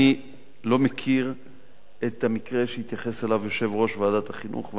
אני לא מכיר את המקרה שיושב-ראש ועדת החינוך התייחס אליו,